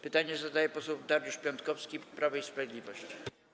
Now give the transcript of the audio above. Pytanie zadaje poseł Dariusz Piontkowski, Prawo i Sprawiedliwość.